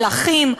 של אחים,